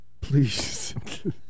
please